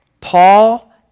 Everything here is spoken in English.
Paul